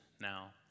now